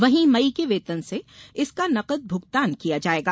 वहीं मई के वेतन से इसका नगद भूगतान किया जायेगा